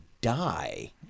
die